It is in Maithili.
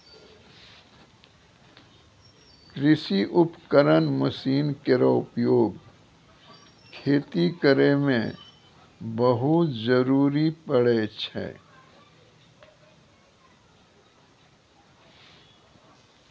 कृषि उपकरण मसीन केरो उपयोग खेती करै मे बहुत जरूरी परै छै